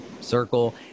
circle